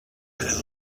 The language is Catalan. creu